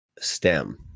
stem